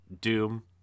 Doom